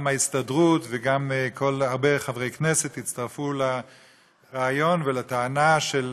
גם ההסתדרות וגם הרבה חברי כנסת הצטרפו לרעיון ולטענה של